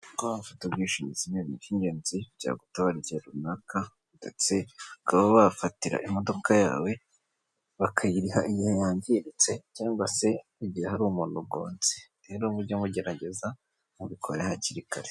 Ufite ubwishingizi ni iby'ingenzi byagutabara igihe runaka ndetse bakaba bafatira imodoka yawe bakayiriha iyo yangiritse cyangwa se igihe hari umuntu ugonze rero mujye mugerageza mubikora hakiri kare.